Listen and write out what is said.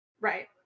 Right